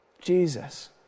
Jesus